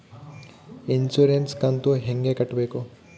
Insurance ಕಂತು ಹೆಂಗ ಕಟ್ಟಬೇಕು?